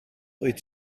wyt